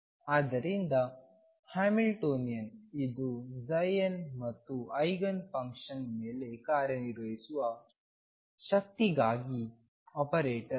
ಆದ್ದರಿಂದ ಹ್ಯಾಮಿಲ್ಟೋನಿಯನ್ ಇದು nಮತ್ತು ಐಗನ್ ಫಂಕ್ಷನ್ ಮೇಲೆ ಕಾರ್ಯನಿರ್ವಹಿಸುವ ಶಕ್ತಿಗಾಗಿ ಆಪರೇಟರ್